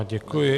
Děkuji.